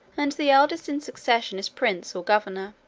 and the eldest in succession is prince or governor.